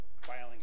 filing